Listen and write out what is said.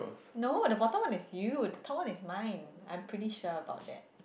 no the bottom one is you the top is mine I'm pretty sure about that